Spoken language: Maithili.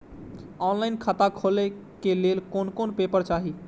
ऑनलाइन खाता खोले के लेल कोन कोन पेपर चाही?